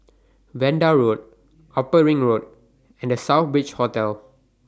Vanda Road Upper Ring Road and The Southbridge Hotel